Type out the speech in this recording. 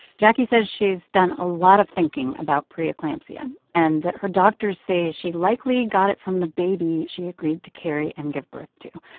jacquie says she's done a lot of thinking about pre-eclampsia and that her doctors say she likely got it from the baby she agreed to carry and give birth to.